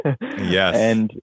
Yes